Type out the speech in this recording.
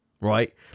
Right